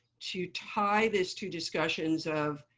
to tie this to discussions of